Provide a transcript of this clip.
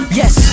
yes